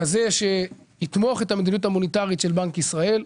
כזה שיתמוך את המדיניות המוניטרית של בנק ישראל,